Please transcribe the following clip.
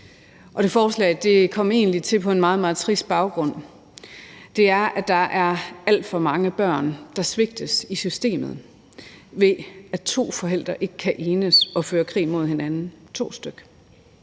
det forslag kom egentlig til på en meget, meget trist baggrund. Det er, at der er alt for mange børn, der svigtes i systemet, ved at to forældre ikke kan enes og fører krig mod hinanden – to styk.